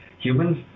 Humans